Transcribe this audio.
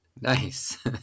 Nice